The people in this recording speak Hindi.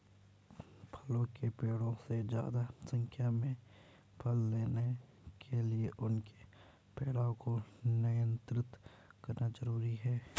फलों के पेड़ों से ज्यादा संख्या में फल लेने के लिए उनके फैलाव को नयन्त्रित करना जरुरी है